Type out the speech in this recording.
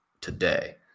today